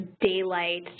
daylight